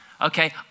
Okay